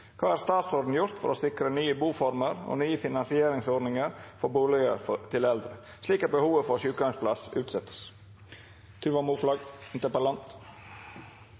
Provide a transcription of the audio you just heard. Hva har regjeringen gjort for å sikre nye boformer og nye finansieringsordninger for boliger til eldre, slik at behovet for sykehjemsplass utsettes?